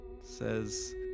says